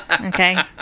Okay